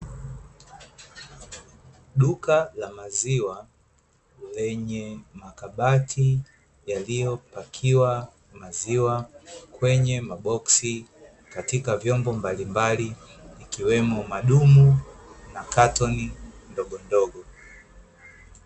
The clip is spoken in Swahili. Duka la maziwa lenye kabati lililopakiwa maziwa kwenye maboksi katika vyombo mbalimbali, ikiwemo madumu na katoni ndogo ndogo.